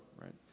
right